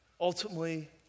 Ultimately